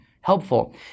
helpful